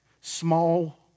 small